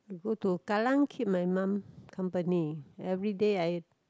to go to Kallang keep my mum company everyday I